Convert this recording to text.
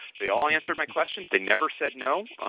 they all answered my questions. they never said no.